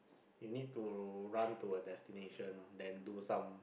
you need to run to a destination then do some